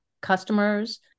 customers